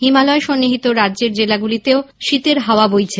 হিমালয় সন্নিহিত রাজ্যের জেলাগুলিতেও শীতের হাওয়া বইছে